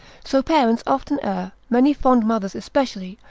so parents often err, many fond mothers especially,